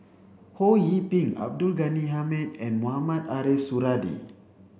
Ho Yee Ping Abdul Ghani Hamid and Mohamed Ariff Suradi